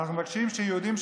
אנחנו מבקשים שיהודים,